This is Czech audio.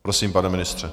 Prosím, pane ministře.